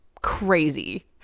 crazy